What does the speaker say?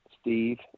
Steve